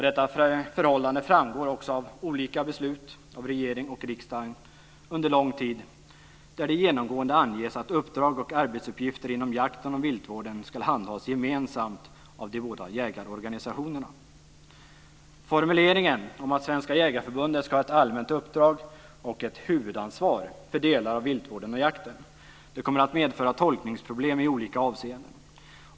Detta förhållande framgår också av olika beslut av regering och riksdag under lång tid, där det genomgående anges att uppdrag och arbetsuppgifter inom jakten och viltvården ska handhas gemensamt av de båda jägarorganisationerna. Formuleringen att Svenska Järgareförbundet ska ha ett allmänt uppdrag och ett huvudansvar för delar av viltvården och jakten kommer att medföra tolkningsproblem i olika avseenden.